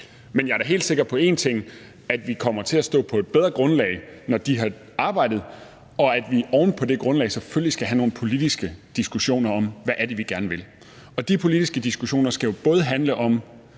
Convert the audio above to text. Men jeg er da helt sikker på én ting, nemlig at vi kommer til at stå på et bedre grundlag, når de har arbejdet, og at vi med udgangspunkt i det grundlag selvfølgelig skal have nogle politiske diskussioner om, hvad vi gerne vil. De politiske diskussioner skal jo handle om,